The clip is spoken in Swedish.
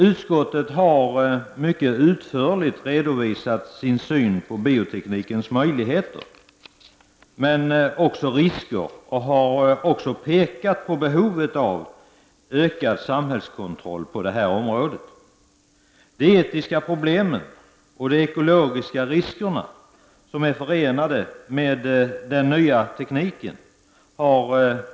Utskottet har mycket utförligt redovisat sin syn på bioteknikens möjligheter, men också risker, och har även pekat på behovet av ökad samhällskontroll på det här området. Vi har särskilt framhållit de etiska problem och de ekologiska risker som är förenade med den nya tekniken.